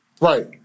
Right